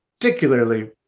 particularly